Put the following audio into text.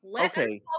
okay